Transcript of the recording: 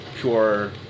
pure